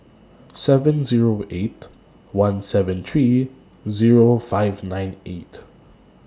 seven Zero eight one seven three Zero five nine eight